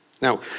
now